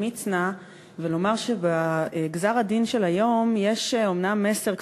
מצנע ולומר שבגזר-הדין של היום יש אומנם מסר,